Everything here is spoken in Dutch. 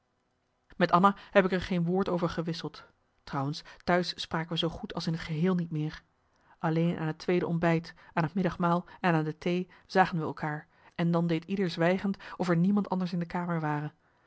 met anna heb ik er geen woord over gewisseld trouwens t'huis spraken we zoo goed als in t geheel niet meer alleen aan het tweede ontbijt aan het middagmaal en aan de thee zagen we elkaar en dan deed ieder zwijgend of er niemand anders in de kamer ware